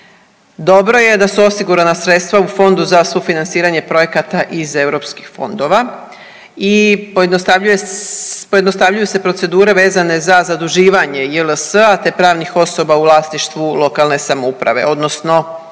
Dobro je da su osigurana sredstva u Fondu za sufinanciranje projekata iz europskih fondova i pojednostavljuju se procedure vezane za zaduživanje JLS-a te pravnih osoba u vlasništvu lokalne samouprave odnosno